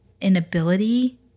inability